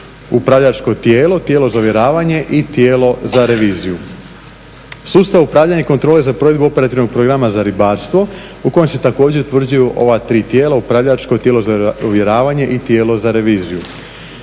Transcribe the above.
upravljačko tijelo, tijelo za uvjeravanje i tijelo za reviziju. Sustav upravljanja i kontrole za provedbu operativnog programa za ribarstvo u kojem se također utvrđuju ova tri tijela, upravljačko, tijelo za uvjeravanje i tijelo za reviziju.